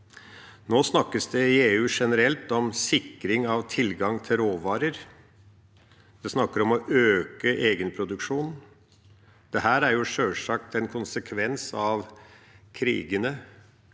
Nå snakkes det i EU generelt om sikring av tilgang til råvarer. En snakker om å øke egenproduksjon. Dette er sjølsagt en konsekvens av krigene